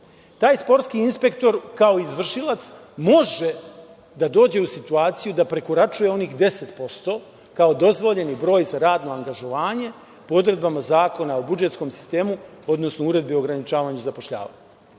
Taj sportski inspektor kao izvršilac može da dođe u situaciju da prekoračuje onih 10% kao dozvoljeni broj za radno angažovanje po odredbama Zakona o budžetskom sistemu, odnosno Uredbi o ograničavanju zapošljavanja.